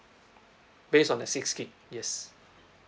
based on a six gig yes